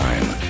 Time